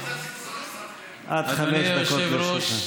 עד חמש דקות לרשותך.